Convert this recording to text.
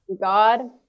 God